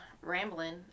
rambling